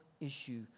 issue